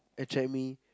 attract me